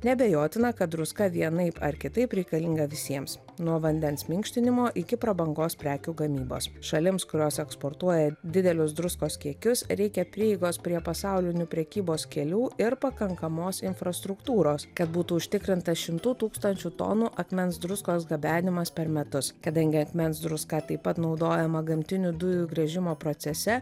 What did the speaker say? neabejotina kad druska vienaip ar kitaip reikalinga visiems nuo vandens minkštinimo iki prabangos prekių gamybos šalims kurios eksportuoja didelius druskos kiekius reikia prieigos prie pasaulinių prekybos kelių ir pakankamos infrastruktūros kad būtų užtikrinta šimtų tūkstančių tonų akmens druskos gabenimas per metus kadangi akmens druska taip pat naudojama gamtinių dujų gręžimo procese